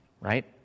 right